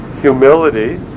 humility